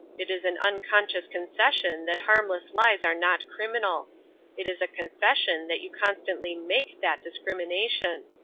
it is an unconscious concession that harmless lies are not criminal it is a confession that you constantly make that discrimination.